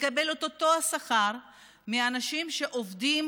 מקבל את אותו השכר כמו אנשים שעובדים